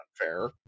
unfair